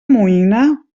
moïna